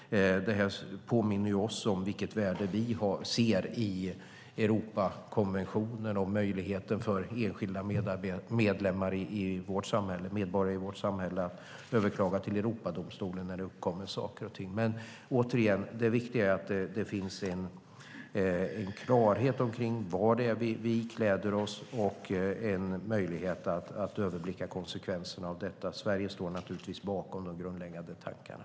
Det påminner oss om vilket värde vi ser i Europakonventionen och möjligheten för enskilda medborgare i vårt samhälle att överklaga till Europadomstolen när det uppkommer saker och ting. Återigen är det viktiga att det finns en klarhet om vad det är vi ikläder oss och en möjlighet att överblicka konsekvenserna av detta. Sverige står naturligtvis bakom de grundläggande tankarna.